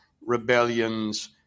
rebellions